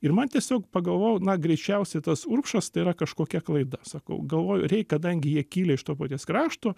ir man tiesiog pagalvojau na greičiausiai tas urbšas tai yra kažkokia klaida sakau galvoju reik kadangi jie kilę iš to paties krašto